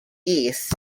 east